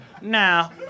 Now